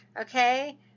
okay